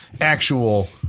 actual